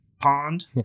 Pond